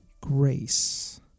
grace